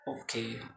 Okay